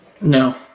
No